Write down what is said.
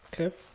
Okay